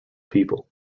people